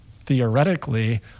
theoretically